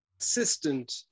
assistant